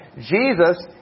Jesus